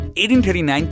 1839